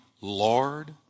Lord